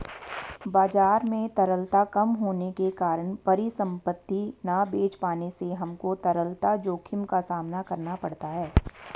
बाजार में तरलता कम होने के कारण परिसंपत्ति ना बेच पाने से हमको तरलता जोखिम का सामना करना पड़ता है